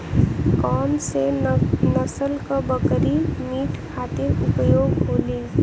कौन से नसल क बकरी मीट खातिर उपयोग होली?